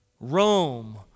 Rome